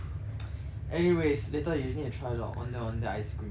anyway later you need to try the ondeh ondeh ice cream